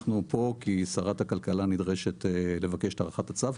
אנחנו פה כי שרת הכלכלה נדרשת לבקש את הארכת הצו,